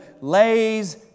lays